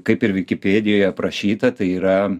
kaip ir vikipedijoj aprašyta tai yra